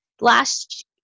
last